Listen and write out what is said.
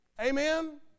amen